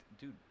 dude